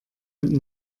mit